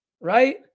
right